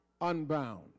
unbound